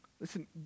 Listen